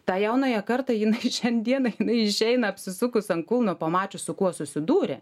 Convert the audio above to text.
tą jaunąją kartą jin šiandieną jinai išeina apsisukus ant kulno pamačius su kuo susidūrė